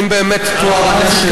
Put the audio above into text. האם באמת טוהר הנשק,